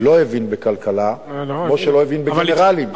לא הבין בכלכלה, כמו שלא הבין בגנרלים.